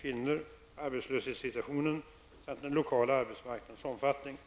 kvinnor, arbetslöshetssituationen samt den lokala arbetsmarknadens omfattning.